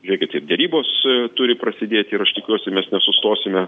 žiūrėkite derybos turi prasidėti ir aš tikiuosi mes nesustosime